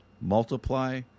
multiply